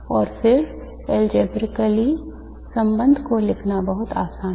और फिर algebraically संबंध को लिखना बहुत आसान है